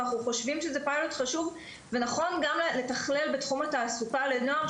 אנחנו חושבים שזה פיילוט חשוב ונכון גם לתכלל בתחום התעסוקה לנוער,